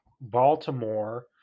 Baltimore